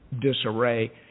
disarray